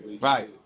Right